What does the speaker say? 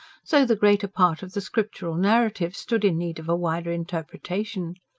so the greater part of the scriptural narratives stood in need of a wider interpretation.